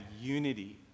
unity